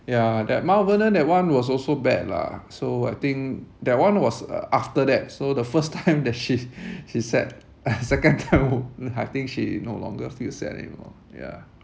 yeah that mount vernon that one was also bad lah so I think that one was uh after that so the first time that she she sad uh second time I think she no longer feel sad anymore yeah